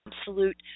absolute